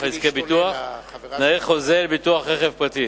על עסקי ביטוח (תנאי חוזה לביטוח רכב פרטי).